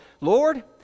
Lord